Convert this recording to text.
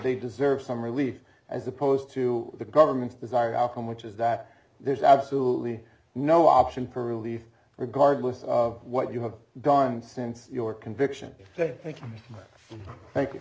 they deserve some relief as opposed to the government's desired outcome which is that there's absolutely no option for relief regardless of what you have done since your conviction say thank you thank you